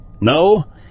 No